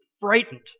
frightened